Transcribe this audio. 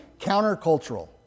countercultural